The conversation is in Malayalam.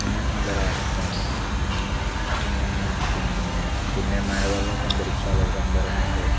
നല്ല റാഹത്താണ് പിന്നെ പിന്നെ മഴക്ക് വെള്ളം സംഭരിക്കാനുള്ള ഒരു സംഭരണിയുണ്ട്